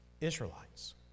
Israelites